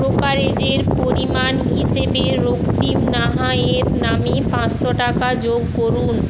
ব্রোকারেজের পরিমাণ হিসেবে রক্তিম নাহা এর নামে পাঁচশো টাকা যোগ করুন